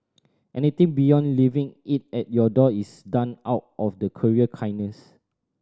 anything beyond leaving it at your door is done out of the courier kindness